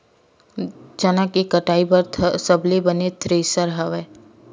चना के कटाई बर सबले बने थ्रेसर हवय?